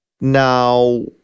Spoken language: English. now